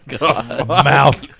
Mouth